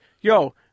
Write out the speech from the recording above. yo